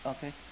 Okay